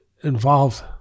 involved